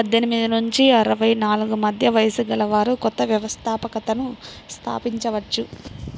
పద్దెనిమిది నుంచి అరవై నాలుగు మధ్య వయస్సు గలవారు కొత్త వ్యవస్థాపకతను స్థాపించవచ్చు